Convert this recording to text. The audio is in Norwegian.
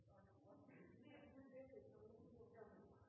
Da er det